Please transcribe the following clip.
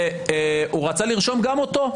והוא רצה לרשום גם אותו,